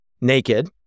naked